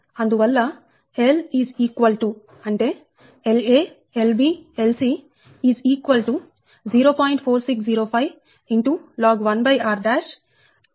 అందువల్లL is equal to అంటే La Lb Lc is equal to 0